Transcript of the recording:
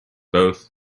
both